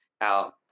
out